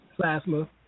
plasma